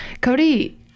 Cody